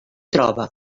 troba